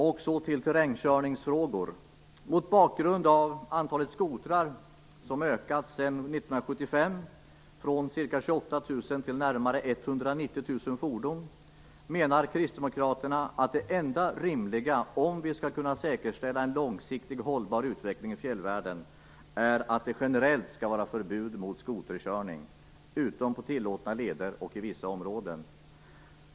Jag skall nu beröra terrängkörningsfrågorna. Mot bakgrund av att antalet skotrar ökat sedan 1975 från ca 28 000 till närmare 190 000 menar Kristdemokraterna att det enda rimliga, om vi skall kunna säkerställa en långsiktigt hållbar utveckling i fjällvärlden, är ett generellt förbud mot skoterkörning utom på tillåtna leder och i vissa områden.